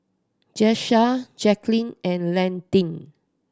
Jasiah Jaquelin and Landyn